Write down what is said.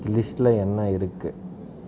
லிஸ்ட்டில் என்ன இருக்கு